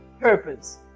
purpose